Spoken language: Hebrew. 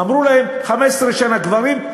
אמרו להם: 15 שנה גברים,